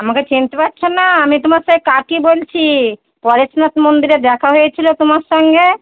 আমাকে চিনতে পারছো না আমি তোমার সে কাকি বলছি পরেশনাথ মন্দিরে দেখা হয়েছিলো তোমার সঙ্গে